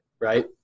right